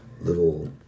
little